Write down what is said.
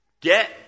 Get